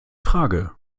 frage